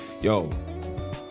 yo